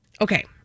Okay